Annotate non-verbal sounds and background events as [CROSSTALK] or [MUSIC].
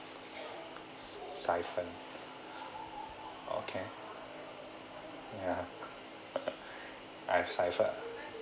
syphon okay ya [LAUGHS] I've syphoned